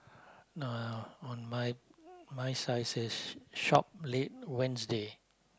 no no on my my side says shop late Wednesday